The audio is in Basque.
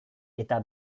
eta